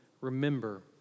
remember